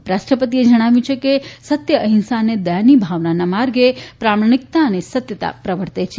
ઉપરાષ્ટ્રપતિએ જણાવ્યું કે સત્ય અહિંસા અને દયાની ભાવનાના માર્ગે પ્રમાણિકતા અને સત્યતા પ્રવર્તે છે